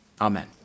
Amen